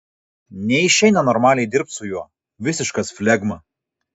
neišeina normaliai dirbt su juo visiškas flegma